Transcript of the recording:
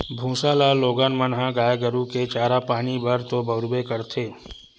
भूसा ल लोगन मन ह गाय गरु के चारा पानी बर तो बउरबे करथे